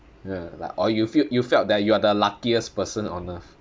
ya like or you feel you felt that you are the luckiest person on earth